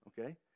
Okay